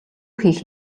хийх